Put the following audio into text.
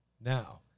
Now